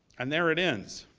and there it ends.